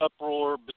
uproar